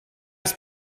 ist